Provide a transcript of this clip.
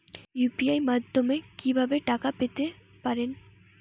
UPI মাধ্যমে কি ভাবে টাকা পেতে পারেন?